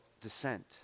descent